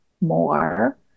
more